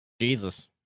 Jesus